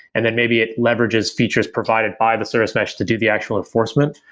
and then maybe it leverages features provided by the service mesh to do the actual enforcement.